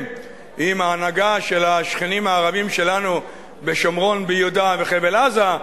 עם ההנהגה של השכנים הערבים שלנו בשומרון ביהודה ובחבל-עזה,